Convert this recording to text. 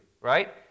right